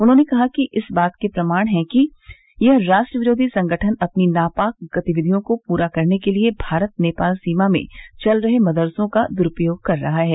उन्होंने कहा कि इस बात के प्रमाण हैं कि यह राष्ट्र विरोधी संगठन अपनी नापाक गतिविधियों को पूरा करने के लिये भारत नेपाल सीमा में चल रहे मदरसों का दुरूपयोग कर रहा है